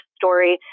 story